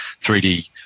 3D